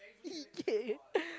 !ee! gay